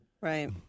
Right